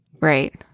right